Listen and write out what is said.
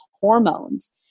hormones